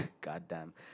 Goddamn